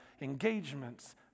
engagements